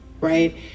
right